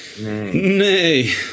Nay